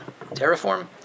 terraform